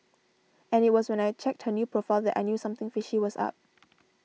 and it was when I checked her new profile that I knew something fishy was up